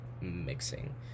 mixing